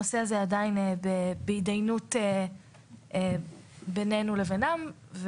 הנושא הזה עדיין בהתדיינות בינינו לבינם.